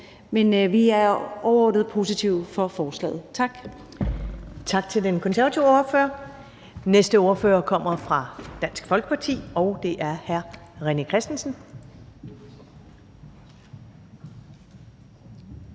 Men vi er overordnet set positive over for forslaget. Tak.